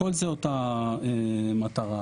להכל אותה מטרה,